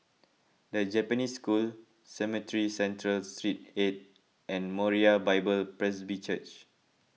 the Japanese School Cemetry Central Street eight and Moriah Bible Presby Church